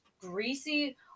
greasy